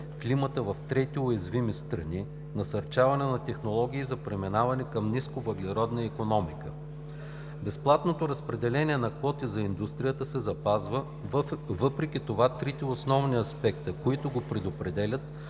климата в трети уязвими страни, насърчаване на технологии за преминаване към нисковъглеродна икономика. Безплатното разпределение на квоти за индустрията се запазва. Въпреки това трите основни аспекта, които го предопределят